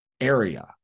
area